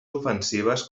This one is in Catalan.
ofensives